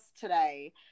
today